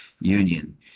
union